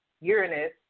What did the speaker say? Uranus